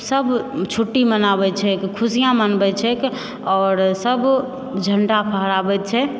सभ छुट्टी मनाबैत छैक खुशिआँ मनबैत छैक आओर सभ झण्डा फहराबैत छै